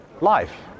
Life